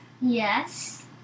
Yes